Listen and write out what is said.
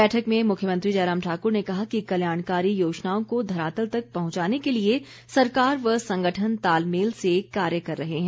बैठक में मुरव्यमंत्री जयराम ठाकुर ने कहा कि कल्याणकारी योजनाओं को धरातल तक पहुंचाने के लिए सरकार व संगठन तालमेल से कार्य कर रहे हैं